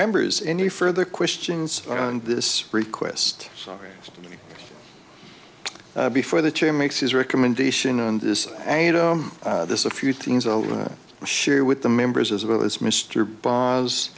members any further questions on this request so before the chair makes his recommendation on this i had this a few things over to share with the members as well as mr bar